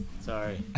Sorry